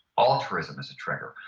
altruism is a trigger.